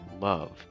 love